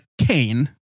Kane